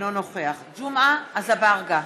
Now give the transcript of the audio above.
אינו נוכח ג'מעה אזברגה,